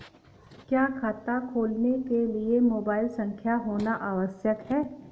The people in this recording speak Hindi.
क्या खाता खोलने के लिए मोबाइल संख्या होना आवश्यक है?